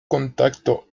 contacto